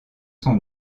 son